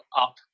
up